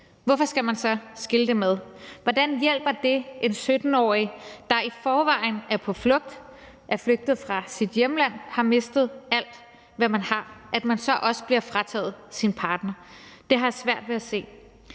hvorfor skal man så skille dem ad? Hvordan hjælper det en 17-årig, der i forvejen er på flugt, er flygtet fra sit hjemland og har mistet alt, hvad man har, at man så også bliver frataget sin partner? Det har jeg svært ved at se.